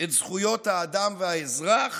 את זכויות האדם והאזרח